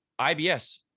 ibs